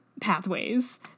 pathways